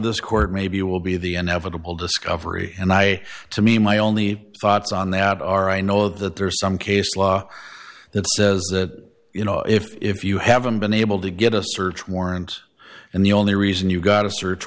this court maybe you will be the inevitable discovery and i to me my only thoughts on that are i know that there are some case law that says that you know if you haven't been able to get a search warrant and the only reason you got a search